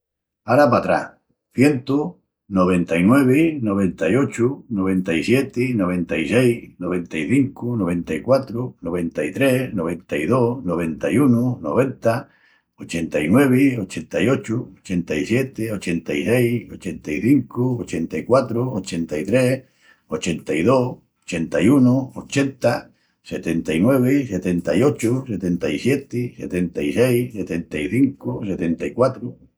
Ara patrás: Cientu, noventa-i-nuevi, noventa-i-ochu, noventa-i-sieti, noventa-i-seis, noventa-i-cincu, noventa-i-quatru, noventa-i-tres, noventa-i-dos, noventa-i-unu, noventa, ochenta-i-nuevi, ochenta-i-ochu, ochenta-i-sieti, ochenta-i-seis, ochenta-i-cincu, ochenta-i-quatru, ochenta-i-tres, ochenta-i-dos, ochenta-i-unu, ochenta, setenta-i-nuevi, setenta-i-ochu, setenta-i-sieti, setenta-i-seis, setenta-i-cincu, setenta-i-quatru,...